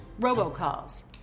robocalls